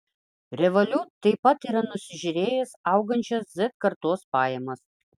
revolut taip pat yra nusižiūrėjęs augančias z kartos pajamas